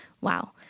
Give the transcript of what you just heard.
wow